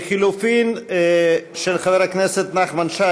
לחלופין ב', של חבר הכנסת נחמן שי.